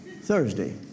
Thursday